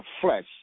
flesh